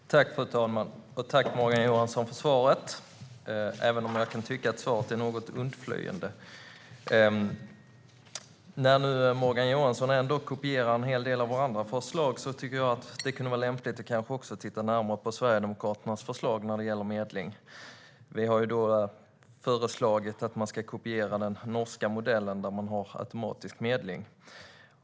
Fru talman! Jag tackar Morgan Johansson för svaret, även om jag kan tycka att det var något undflyende. När Morgan Johansson nu ändå kopierar en hel del av våra andra förslag tycker jag att det kunde vara lämpligt att kanske titta närmare även på Sverigedemokraternas förslag när det gäller medling. Vi har föreslagit att Sverige ska kopiera den norska modellen, där man har automatisk medling.